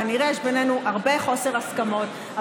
כנראה שיש בנינו הרבה חוסר הסכמות,